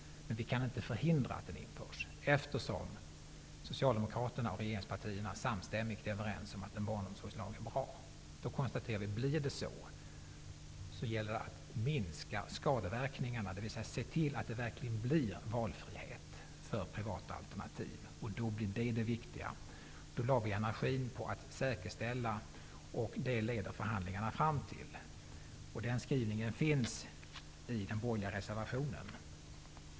Men vi kan inte förhindra att den införs, eftersom Socialdemokraterna och regeringspartierna samstämmigt är överens om att en barnomsorgslag är bra. Då konstaterade vi: Blir det så, gäller det att minska skadeverkningarna, dvs. se till att det verkligen blir valfrihet för privata alternativ. Det blir då det viktiga. Vi lade därför energin på säkerställa detta. Det ledde förhandlingarna fram till. Den skrivningen finns i den borgerliga reservationen.